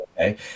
okay